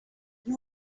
you